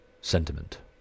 sentiment